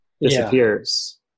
disappears